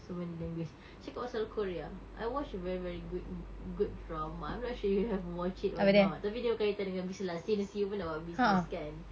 so many language cakap pasal korea I watch a very very good good drama I'm not sure you have watched it or not tapi dia berkaitan dengan business lah since you pun nak buat business kan